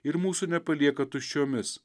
ir mūsų nepalieka tuščiomis